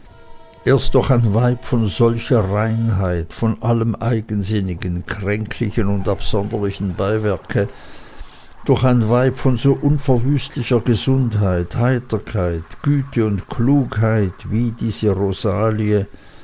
erst durch ein weib von solcher reinheit von allem eigensinnigen kränklichen und absonderlichen beiwerke durch ein weib von so unverwüstlicher gesundheit heiterkeit güte und klugheit wie diese rosalie